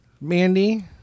Mandy